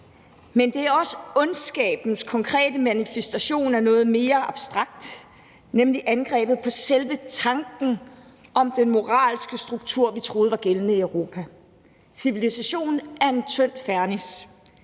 Men det er også ondskabens konkrete manifestation af noget mere abstrakt, nemlig angrebet på selve tanken om den moralske struktur, vi troede var gældende i Europa. Civilisationen er et tyndt lag fernis.